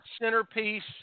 centerpiece